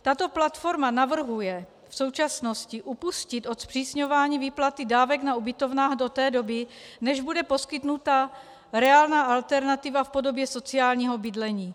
Tato platforma navrhuje v současnosti upustit od zpřísňování výplaty dávek na ubytovnách do té doby, než bude poskytnuta reálná alternativa v podobě sociálního bydlení.